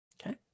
Okay